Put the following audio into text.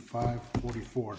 five forty four